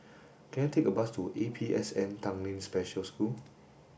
can I take a bus to A P S N Tanglin Special School